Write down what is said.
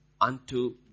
unto